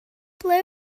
ble